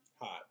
Hot